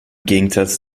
gegensatz